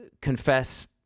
confess